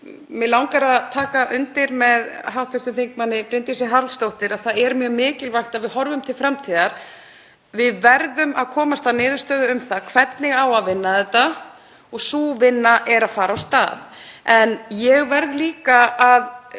Mig langar að taka undir með hv. þm. Bryndísi Haraldsdóttur, það er mjög mikilvægt að við horfum til framtíðar. Við verðum að komast að niðurstöðu um það hvernig á að vinna þetta og sú vinna er að fara af stað. Ég verð líka að